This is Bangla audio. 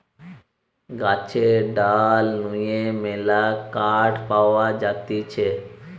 গাছের ডাল নু যে মেলা কাঠ পাওয়া যাতিছে